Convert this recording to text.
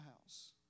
house